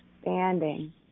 standing